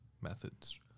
methods